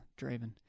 draven